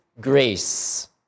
grace